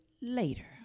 later